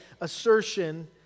assertion